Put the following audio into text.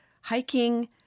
Hiking